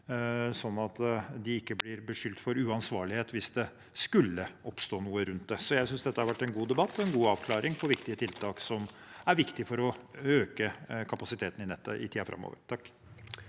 sånn at de ikke blir beskyldt for uansvarlighet hvis det skulle oppstå noe rundt det. Jeg synes dette har vært en god debatt og en god avklaring på tiltak som er viktige for å øke kapasiteten i nettet i tiden framover.